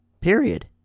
Period